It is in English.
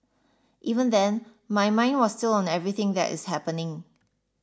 even then my mind was still on everything that is happening